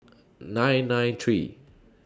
nine nine three